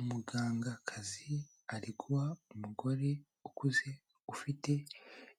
Umugangakazi, ari guha umugore ukuze ufite